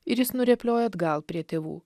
ir jis nurėplioja atgal prie tėvų